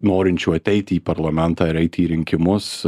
norinčių ateiti į parlamentą ir eiti į rinkimus